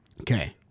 Okay